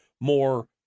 more